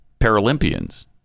Paralympians